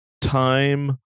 Time